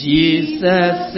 Jesus